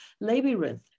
labyrinth